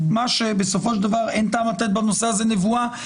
אבל בנוסף --- לכן לא הזכרתי את ארצות-הברית אגב.